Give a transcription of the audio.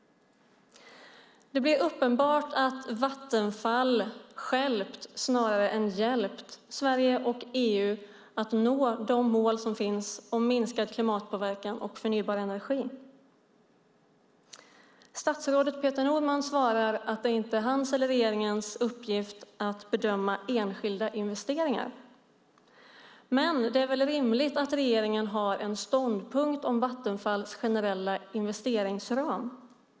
Det blir uppenbart att Vattenfall stjälpt snarare än hjälpt Sverige och EU att nå de mål som finns om minskad klimatpåverkan och förnybar energi. Statsrådet Peter Norman svarar att det inte är hans eller regeringens uppgift att bedöma enskilda investeringar. Men det är väl rimligt att regeringen har en ståndpunkt om Vattenfalls generella investeringsram.